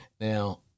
Now